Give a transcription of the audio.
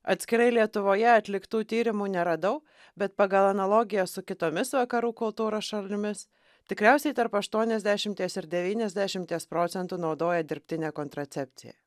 atskirai lietuvoje atliktų tyrimų neradau bet pagal analogiją su kitomis vakarų kultūros šalimis tikriausiai tarp aštuoniasdešimties ir devyniasdešimties procentų naudoja dirbtinę kontracepciją